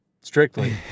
strictly